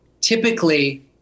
Typically